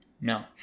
no